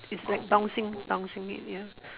is like bouncing bouncing it ya